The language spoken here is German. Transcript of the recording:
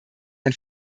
ein